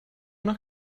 nach